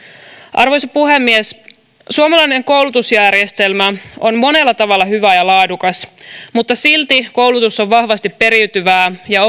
arvoisa puhemies suomalainen koulutusjärjestelmä on on monella tavalla hyvä ja laadukas mutta silti koulutus on vahvasti periytyvää ja